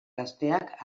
gazteak